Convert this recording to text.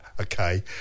okay